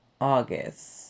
August